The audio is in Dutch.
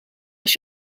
als